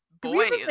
boys